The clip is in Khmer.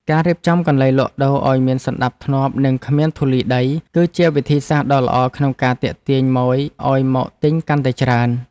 ការរៀបចំកន្លែងលក់ដូរឱ្យមានសណ្តាប់ធ្នាប់និងគ្មានធូលីដី គឺជាវិធីសាស្ត្រដ៏ល្អក្នុងការទាក់ទាញម៉ូយឱ្យមកទិញកាន់តែច្រើន។